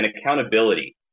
accountability